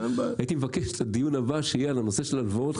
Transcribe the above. הייתי מבקש שהדיון הבא יהיה על הנושא של הלוואות,